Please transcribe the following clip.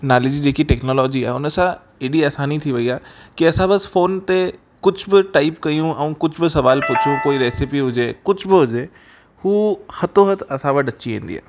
नाले जी जेकि टेक्नोलॉजी आहे उन सां एॾी आसानी था वई आहे की असां बसि फोन ते कुझु बि टाईप कयूं ऐं कुझु बि सुवाल पुछुं कोई रेसिपी हुजे हूअ हथों हथि असां वटि अची वेंदी आहे